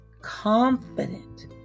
confident